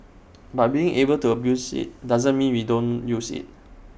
but being able to abuse IT doesn't mean we don't use IT